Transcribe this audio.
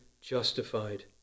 justified